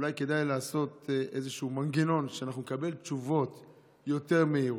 אולי כדאי לעשות איזשהו מנגנון שאנחנו נקבל תשובות יותר מהירות,